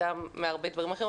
וגם מהרבה דברים אחרים,